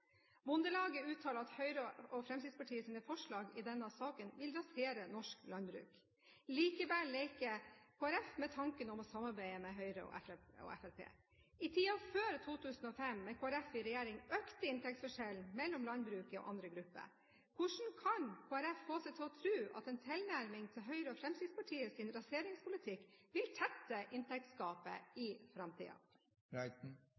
Bondelaget uttalte at Høyres og Fremskrittspartiets forslag i denne saken vil rasere norsk landbruk. Likevel leker Kristelig Folkeparti med tanken om å samarbeide med Høyre og Fremskrittspartiet. I tiden før 2005, med Kristelig Folkeparti i regjering, økte inntektsforskjellen mellom landbruket og andre grupper. Hvordan kan Kristelig Folkeparti få seg til å tro at en tilnærming til Høyre og Fremskrittspartiets raseringspolitikk vil tette inntektsgapet